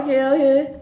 K okay